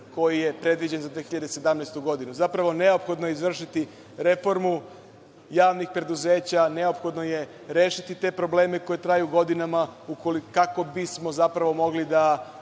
koji je predviđen za 2017. godinu. Zapravo, neophodno je izvršiti reformu javnih preduzeća, neophodno je rešiti te probleme koji traju godinama, kako bismo zapravo mogli da